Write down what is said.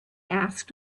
asked